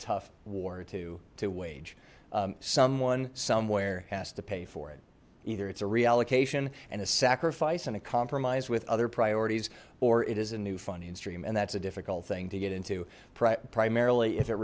tough war to to wage someone somewhere has to pay for it either it's a reallocation and a sacrifice and a compromise with other priorities or it is a new funding stream and that's a difficult thing to get into primarily if it